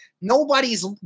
nobody's